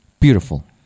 beautiful